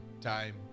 time